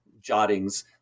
jottings